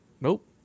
Nope